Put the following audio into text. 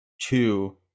two